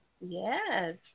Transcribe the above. Yes